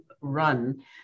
run